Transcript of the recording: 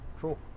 Cool